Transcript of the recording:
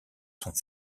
sont